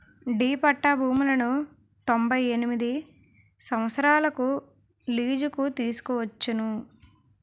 D పట్టా భూములను తొంభై తొమ్మిది సంవత్సరాలకు లీజుకు తీసుకోవచ్చును